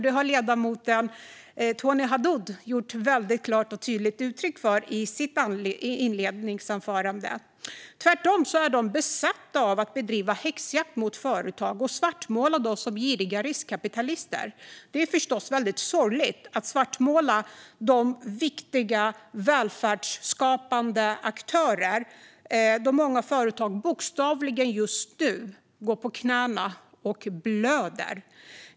Det har ledamoten Tony Haddou klart och tydligt gett uttryck för i sitt inledningsanförande. Tvärtom är Vänsterpartiet besatt av att bedriva häxjakt mot företag och svartmåla dem som giriga riskkapitalister. Det är förstås väldigt sorgligt att svartmåla de viktiga välfärdsskapande aktörerna då många företag bokstavligen just nu går på knäna och blöder.